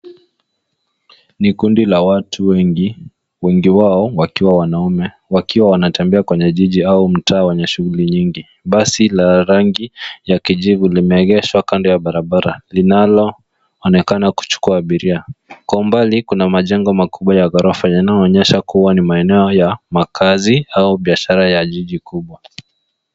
Ni kundi la watu wengi, wengi wao wakiwa wanaume wakiwa wanatembea kwenye jiji au mtaa wenye shughuli nyingi. Basi la rangi ya kijivu limeegeshwa kando ya barabara linaloonekana kuchukua abiria. Kwa umbali kuna majengo makubwa ya ghorofa yanayoonyesha kuwa ni maeneo ya makaazi au biashara ya jiji kubwa.